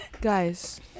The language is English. Guys